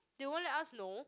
they won't let us know